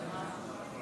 שלמה,